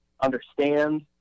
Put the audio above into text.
understand